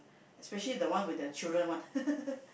especially the one with the children one